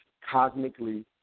cosmically